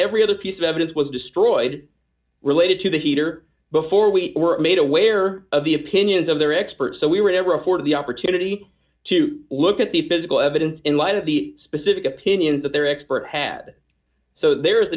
every other piece of evidence was destroyed related to the heater before we were made aware of the opinions of their experts so we were never afforded the opportunity to look at the physical evidence in light of the specific opinion that their expert had so there